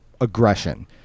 aggression